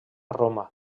roma